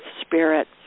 spirit